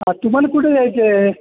हा तुम्हाला कुठे जायचं आहे